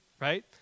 Right